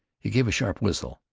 he gave a sharp whistle,